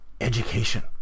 education